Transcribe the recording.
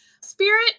Spirit